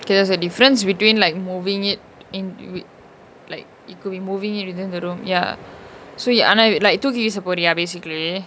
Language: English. okay there's a difference between like moving it in like it could be move it within the room ya so ya ஆனா இது:aana ithu like தூக்கி வீச போரியா:thooki veesa poriyaa basically